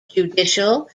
judicial